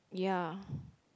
ya